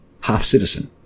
half-citizen